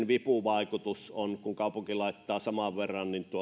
vipuvaikutus on kun kaupunki laittaa saman verran